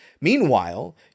Meanwhile